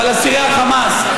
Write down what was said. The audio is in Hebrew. אבל אסירי החמאס,